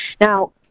Now